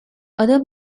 other